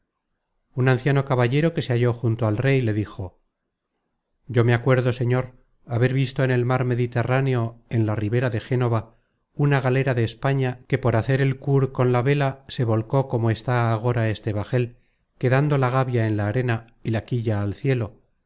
un anciano caballero que se halló junto al rey le dijo yo me acuerdo señor haber visto en el mar mediterráneo en la ribera de génova una galera de españa que por hacer el cur con la vela se volcó como está agora este bajel quedando la gavia en la arena y la quilla al cielo